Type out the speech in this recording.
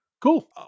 cool